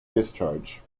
discharge